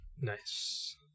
nice